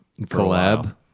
Collab